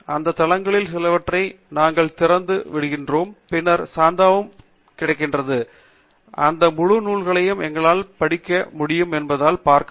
அந்த தளங்களில் சிலவற்றை நாங்கள் திறந்து விடுவோம் பின்னர் சந்தாவுக்கு எதிராக கிடைக்கும் அந்த முழு நூல்களையும் எங்களால் எப்படி பிடிக்க முடியும் என்பதைப் பார்க்கவும்